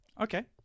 Okay